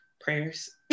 prayers